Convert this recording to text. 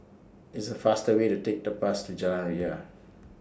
It's faster Way to Take The Bus to Jalan Ria